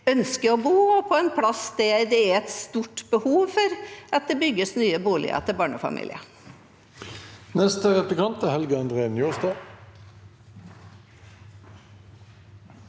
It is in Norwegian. ønsker å bo, på en plass der det er stort behov for at det bygges nye boliger til barnefamilier. Helge André Njåstad